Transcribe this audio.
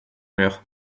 mur